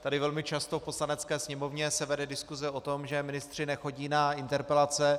Tady velmi často v Poslanecké sněmovně se vede diskuse o tom, že ministři nechodí na interpelace.